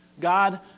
God